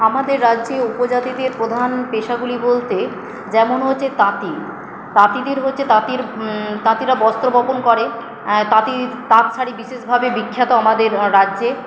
আমাদের রাজ্যে উপজাতিদের প্রধান পেশাগুলি বলতে যেমন হচ্ছে তাঁতি তাঁতিদের হচ্ছে তাঁতির তাঁতিরা বস্ত্র বপণ করে তাঁতি তাঁত শাড়ি বিশেষভাবে বিখ্যাত আমাদের রাজ্যে